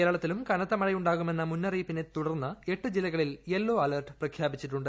കേരളത്തിലും കനത്തമഴയുണ്ടാകുമെന്ന മുന്നറിയിപ്പിനെ തുടർന്ന് എട്ട് ജില്ലകളിൽ യെല്ലോ അലർട്ട് പ്രഖ്യാപിച്ചിട്ടുണ്ട്